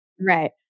Right